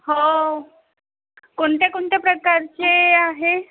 हो कोणत्या कोणत्या प्रकारचे आहे